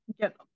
get